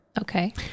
Okay